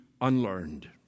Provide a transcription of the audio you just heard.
unlearned